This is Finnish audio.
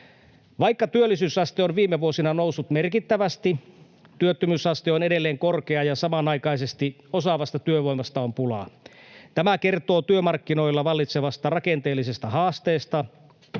Vaikka työllisyysaste on viime vuosina noussut merkittävästi, työttömyysaste on edelleen korkea, ja samanaikaisesti osaavasta työvoimasta on pulaa. Tämä kertoo työmarkkinoilla vallitsevasta rakenteellisesta haasteesta.